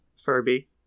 Furby